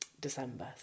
December